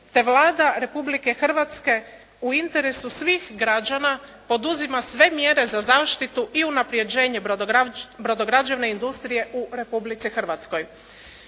te Vlada Republike Hrvatske u interesu svih građana poduzima sve mjere za zaštitu i unapređenje brodograđevne industrije u Republici Hrvatskoj.